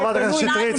חברת הכנסת שטרית,